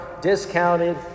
discounted